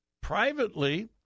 privately